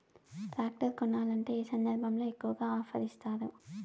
Tractor కొనాలంటే ఏ సందర్భంలో ఎక్కువగా ఆఫర్ ఇస్తారు?